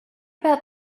about